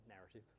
narrative